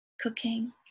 cooking